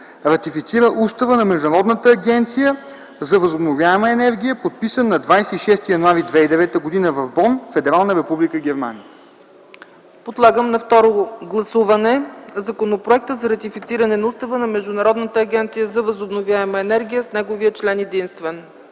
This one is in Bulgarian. Ратифицира Устава на Международната агенция за възобновяема енергия, подписан на 26 януари 2009 г. в Бон, Федерална република Германия.” ПРЕДСЕДАТЕЛ ЦЕЦКА ЦАЧЕВА: Подлагам на второ гласуване Законопроекта за ратифициране на Устава на Международната агенция за възобновяема енергия с неговия член единствен.